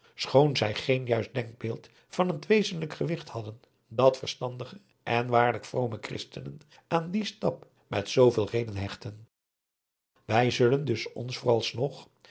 schoon zij geen juist denkbeeld van het wezenijk gewigt hadden dat verstandige en waarlijk vrome christenen aan dien stap met zooveel reden hechten wij zullen dus ons voor als nog